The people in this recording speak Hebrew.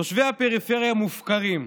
תושבי הפריפריה מופקרים,